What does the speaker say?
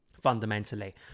fundamentally